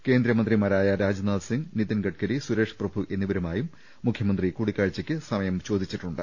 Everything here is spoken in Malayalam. കേന്ദ്രമന്ത്രിമാരായ രാജ്നാഥ് സിങ്ങ് നിതിൻ ഗഡ്ഗരി സുരേഷ് പ്രഭു എന്നിവരുമായും മുഖ്യമന്ത്രി കൂടിക്കാഴ്ച്ചക്ക് സമയം ചോദിച്ചിട്ടുണ്ട്